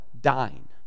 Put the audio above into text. dine